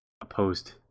opposed